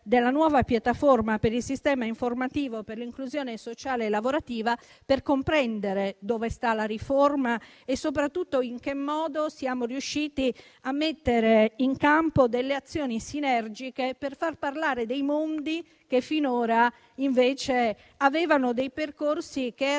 della nuova piattaforma per il Sistema informativo per l'inclusione sociale e lavorativa (SIISL) per comprendere dove sta la riforma e soprattutto in che modo siamo riusciti a mettere in campo azioni sinergiche per far parlare mondi che finora seguivano percorsi